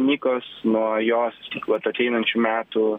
nikos nuo jos vat ateinančių metų